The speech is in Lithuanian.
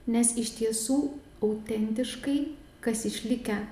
nes iš tiesų autentiškai kas išlikę